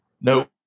No